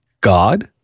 God